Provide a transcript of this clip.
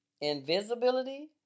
Invisibility